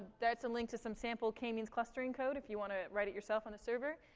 that's a link to some sample k-means clustering code if you want to write it yourself on a server.